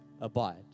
abide